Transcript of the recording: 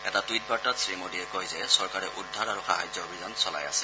এটা টুইট বাৰ্তাত শ্ৰীমোডীয়ে কয় যে চৰকাৰে উদ্ধাৰ আৰু সাহায্য অভিযান চলাই আছে